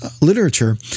literature